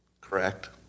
correct